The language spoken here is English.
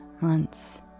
months